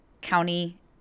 county